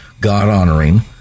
God-honoring